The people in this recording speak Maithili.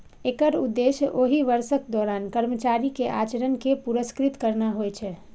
एकर उद्देश्य ओहि वर्षक दौरान कर्मचारी के आचरण कें पुरस्कृत करना होइ छै